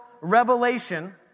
revelation